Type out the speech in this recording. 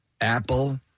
Apple